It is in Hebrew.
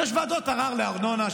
יש ועדות ערר לארנונה,